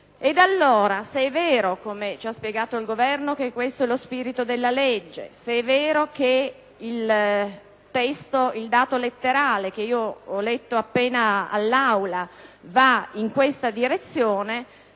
Allora, se è vero - come ci ha spiegato il Governo - che questo è lo spirito della legge, se è vero che il dato letterale che ho appena letto all'Aula va in questa direzione,